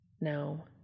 No